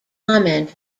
comment